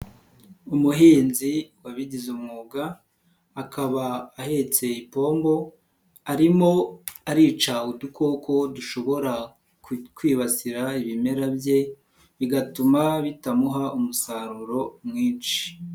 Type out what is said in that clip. Umuhinzi wabigize umwuga akaba ahetse ipombo, arimo arica udukoko dushobora ku kwibasira ibimera bye bigatuma bitamuha umusaruro mwinshi.